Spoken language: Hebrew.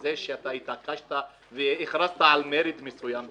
בזה שהתעקשת והכרזת על מרד מסוים בזמנו,